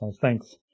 thanks